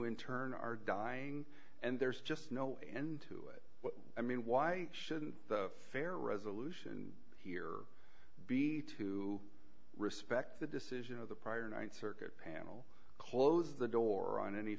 turn are dying and there's just no end to it i mean why shouldn't the fair resolution here be to respect the decision of the prior th circuit panel close the door on any